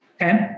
Okay